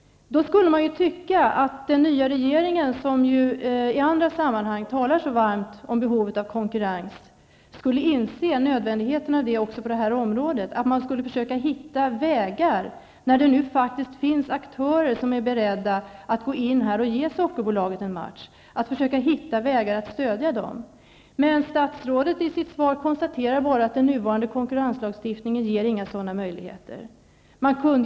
Då skulle man tycka att den nya regeringen, som ju i andra sammanhang talar så varmt om behovet av konkurrens, skulle inse nödvändigheten av konkurrens också på det här området och försöka hitta vägar att stödja de aktörer som nu är beredda att gå in och ge Sockerbolaget en match. Men statsrådet konstaterar bara i sitt svar att den nuvarande konkurrenslagstiftningen inte ger några sådana möjligheter.